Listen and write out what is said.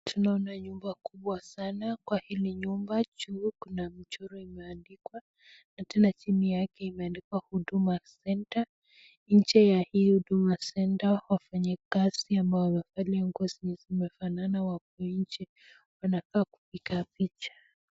Tunaona nyumba kubwa sana, na kwa hili nyumba kuna mchoro iliochorua juu, imeandikwa na tena chini yake imeandikwa huduma center nche ya hii huduma center wafanyikazi wamevalia nguo nyeupe, wamefanana wanakaa kupiga picha.